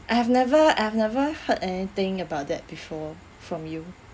I have never I've never heard anything about that before from you